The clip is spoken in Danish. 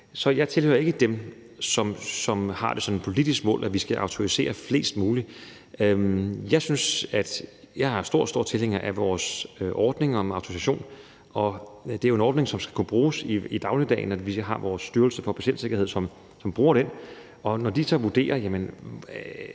tilhører jeg ikke dem, som har det som et politisk mål, at vi skal autorisere flest mulige. Jeg er stor, stor tilhænger af vores ordninger om autorisation, og det er jo en ordning, som skal kunne bruges i dagligdagen, og vi har vores Styrelse for Patientsikkerhed, som bruger den, og når de så vurderer,